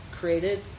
created